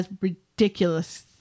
ridiculous